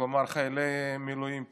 כלומר חיילי מילואים פעילים.